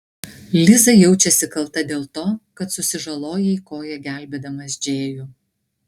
liza jaučiasi kalta dėl to kad susižalojai koją gelbėdamas džėjų